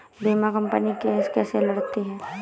बीमा company case कैसे लड़ती है?